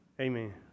Amen